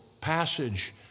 passage